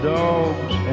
dogs